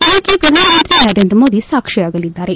ಇದಕ್ಕೆ ಪ್ರಧಾನಮಂತ್ರಿ ನರೇಂದ್ರ ಮೋದಿ ಸಾಕ್ಷಿಯಾಗಲಿದ್ದಾರೆ